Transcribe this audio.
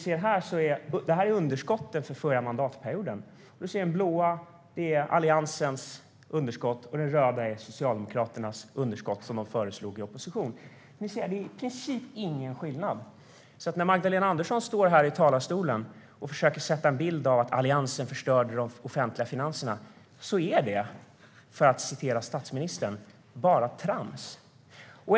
Det här är underskotten för förra mandatperioden. Det blå är Alliansens underskott. Det röda är Socialdemokraternas underskott, som de föreslog i opposition. Det är i princip ingen skillnad. När Magdalena Andersson står här i talarstolen och försöker skapa en bild av att Alliansen förstörde de offentliga finanserna är det, för att citera statsministern, bara trams.